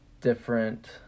different